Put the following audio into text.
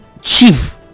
chief